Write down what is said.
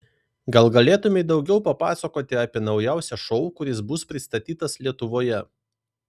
gal galėtumei daugiau papasakoti apie naujausią šou kuris bus pristatytas lietuvoje